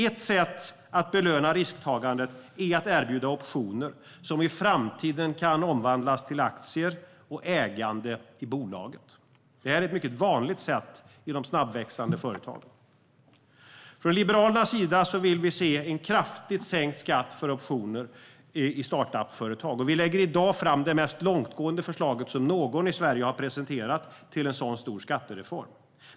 Ett sätt att belöna risktagandet är att erbjuda optioner som i framtiden kan omvandlas till aktier och ägande i bolaget. Det är ett mycket vanligt sätt inom snabbväxande företag. Vi från Liberalerna vill se en kraftigt sänkt skatt för optioner i startup-företag, och vi lägger i dag fram det mest långtgående förslag som någon i Sverige har presenterat till en så stor skattereform.